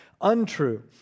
untrue